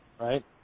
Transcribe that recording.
right